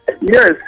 Yes